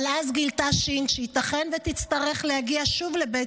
אבל אז גילתה ש' שייתכן שתצטרך להגיע שוב לבית